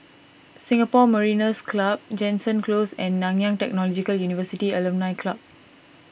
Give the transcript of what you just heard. Singapore Mariners' Club Jansen Close and Nanyang Technological University Alumni Club